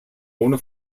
ohne